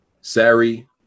Sari